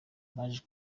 baje